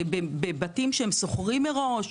בבתים שהם שוכרים מראש,